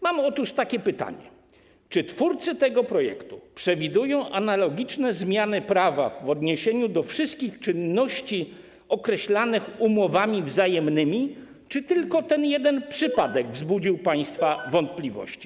Mam otóż takie pytanie: Czy twórcy tego projektu przewidują analogiczne zmiany prawa w odniesieniu do wszystkich czynności określanych umowami wzajemnymi, czy tylko ten jeden przypadek wzbudził państwa wątpliwości?